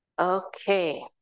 Okay